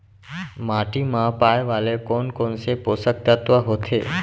माटी मा पाए वाले कोन कोन से पोसक तत्व होथे?